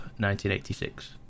1986